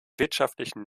wirtschaftlichen